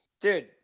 Dude